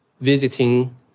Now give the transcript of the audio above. visiting